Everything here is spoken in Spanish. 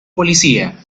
policía